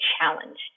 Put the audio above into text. challenge